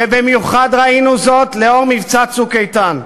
ובמיוחד ראינו זאת לאור מבצע "צוק איתן"